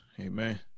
Amen